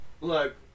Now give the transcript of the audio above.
look